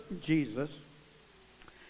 Jesus